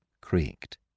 creaked